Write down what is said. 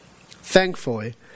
Thankfully